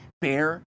bear